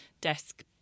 desk